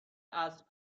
اسب